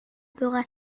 była